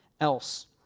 else